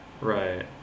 Right